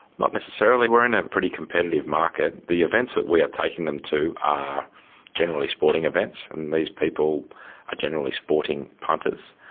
not necessarily. we're in a pretty competitive market. the events that we are taking them to are generally sporting events, and these people are generally sporting punters.